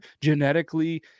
genetically